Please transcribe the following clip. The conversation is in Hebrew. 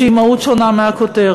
שהיא מהות שונה מהכותרת.